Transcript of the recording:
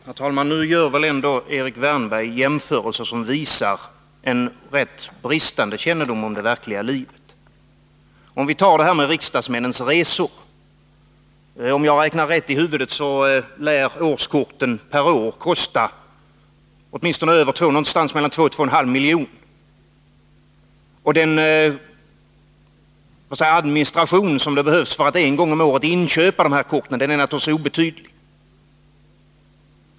Herr talman! Nu gör väl ändå Erik Wärnberg jämförelser som visar en rätt bristande kännedom om det verkliga livet. För att ta exemplet med riksdagsmännens resor: Om jag räknar rätt i huvudet lär årskorten kosta 2-2 1/2 milj.kr. per år. Och den administration som behövs för att en gång om året inköpa korten är naturligtvis obetydlig.